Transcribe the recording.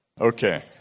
Okay